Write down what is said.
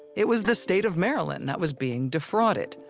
it was the state of maryland that was being defrauded.